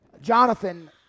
Jonathan